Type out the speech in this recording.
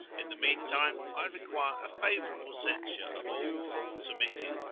in the mean time i require a favourable censure of all faults omitted,